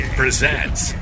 presents